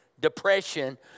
depression